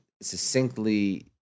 succinctly